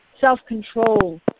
self-control